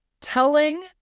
telling